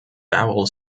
bowel